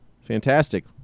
fantastic